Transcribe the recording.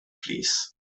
plîs